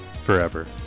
forever